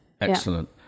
Excellent